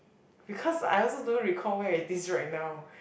because I also don't recall where it is right now